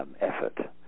effort